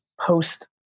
Post